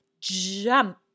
jump